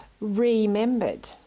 remembered